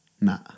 Nah